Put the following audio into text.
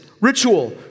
Ritual